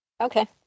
Okay